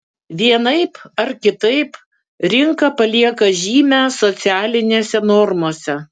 vienaip ar kitaip rinka palieka žymę socialinėse normose